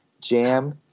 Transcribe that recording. jam